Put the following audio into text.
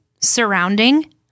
surrounding